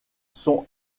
sont